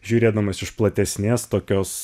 žiūrėdamas iš platesnės tokios